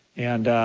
and